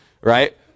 Right